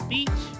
Beach